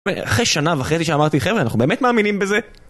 אחרי שנה וחצי שאמרתי, חבר'ה, אנחנו באמת מאמינים בזה?